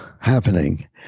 happening